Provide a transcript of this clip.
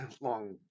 long